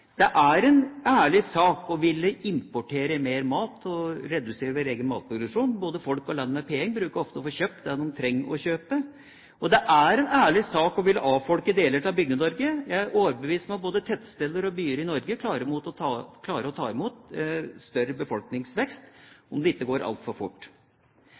Det er en ærlig sak å ville importere mer mat og redusere vår egen matproduksjon – både folk og land med penger bruker ofte å få kjøpt det de trenger å kjøpe. Det er en ærlig sak å ville avfolke deler av Bygde-Norge. Jeg er overbevist om at både tettsteder og byer i Norge klarer å ta imot større befolkningsvekst om det ikke går altfor fort.